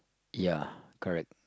ya correct